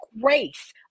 grace